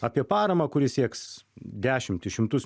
apie paramą kuri sieks dešimtis šimtus